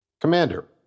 Commander